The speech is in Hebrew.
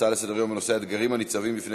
הצעה לסדר-יום בנושא: האתגרים הניצבים בפני